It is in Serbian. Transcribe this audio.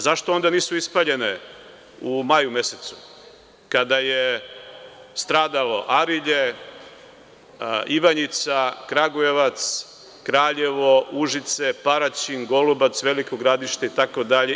Zašto onda nisu ispaljene u maju mesecu kada je stradalo Arilje, Ivanjica, Kragujevac, Kraljevo, Užice, Paraćin, Golubac, Veliko Gradište itd?